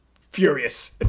furious